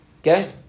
Okay